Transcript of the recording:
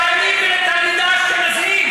הגיע הזמן.